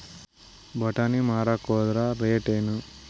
ಬಟಾನಿ ಮಾರಾಕ್ ಹೋದರ ರೇಟೇನು?